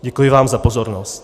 Děkuji vám za pozornost.